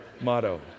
motto